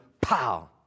pow